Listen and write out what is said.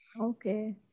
okay